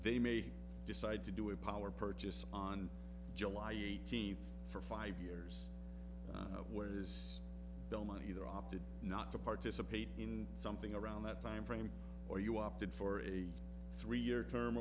they may decide to do a power purchase on july eighteenth for five years where is the money either opted not to participate in something around that time frame or you opted for a three year term